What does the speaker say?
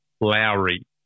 Lowry